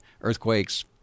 earthquakes